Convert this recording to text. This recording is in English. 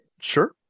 Sure